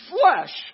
flesh